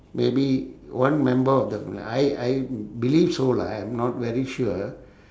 maybe one member of the I I believe so lah I'm not very sure